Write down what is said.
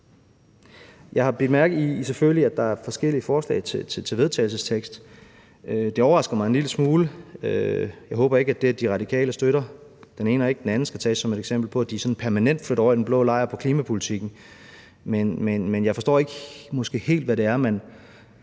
bidt mærke i, at der er forskellige forslag til vedtagelse. Det overrasker mig en lille smule. Jeg håber ikke, at det, at De Radikale støtter det ene og ikke det andet, skal tages som et eksempel på, at de sådan permanent flytter over i den blå lejr på klimapolitikken, men jeg forstår måske ikke helt, hvad det er, man